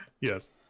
Yes